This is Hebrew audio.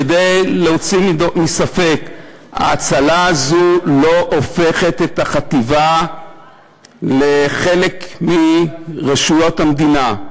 כדי להוציא מספק: ההאצלה הזאת לא הופכת את החטיבה לחלק מרשויות המדינה.